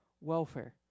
welfare